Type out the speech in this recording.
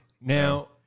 Now